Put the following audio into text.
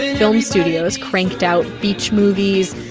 film studios cranked out beach movies.